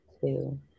two